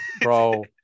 Bro